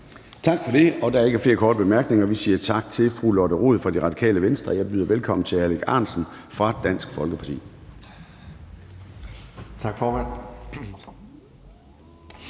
Tak for det. Der er ikke flere korte bemærkninger. Vi siger tak til fru Lotte Rod fra Radikale Venstre. Jeg byder velkommen til hr. Alex Ahrendtsen fra Dansk Folkeparti. Kl.